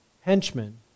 henchmen